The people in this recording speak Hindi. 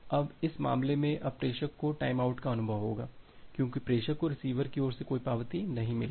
अब इस मामले में अब प्रेषक को टाइमआउट का अनुभव होगा क्योंकि प्रेषक को रिसीवर की ओर से कोई पावती नहीं मिली है